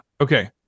okay